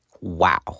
Wow